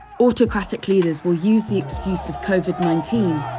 autocratic leaders will use the excuse of covid nineteen,